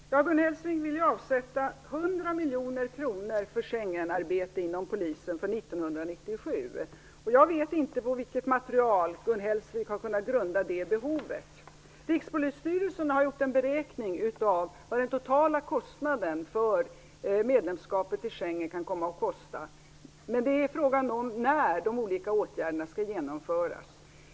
Fru talman! Gun Hellsvik vill avsätta 100 miljoner kronor för Schengenarbete inom polisen för 1997. Jag vet inte på vilket material Gun Hellsvik har kunnat grunda det behovet. Rikspolisstyrelsen har gjort en beräkning av vad den totala kostnaden för medlemskapet i Schengen kan komma att bli. Men det är fråga om när de olika åtgärderna skall genomföras.